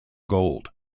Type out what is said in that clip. gold